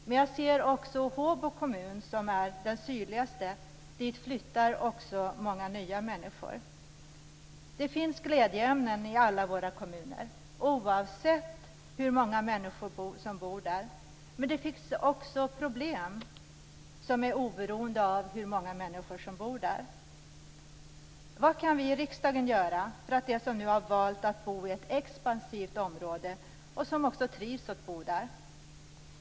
Men jag ser också att till Håbo kommun, som är den sydligaste, flyttar många nya människor. Det finns glädjeämnen i alla våra kommuner, oavsett hur många människor som bor där. Men det finns också problem som är oberoende av hur många som bor där. Vad kan vi i riksdagen göra för dem som nu har valt att bo i ett expansivt område och som trivs att bo där?